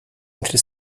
entre